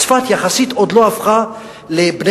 צפת, יחסית, עוד לא הפכה לבני-ברק,